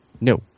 No